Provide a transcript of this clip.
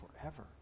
forever